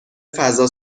فضا